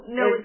no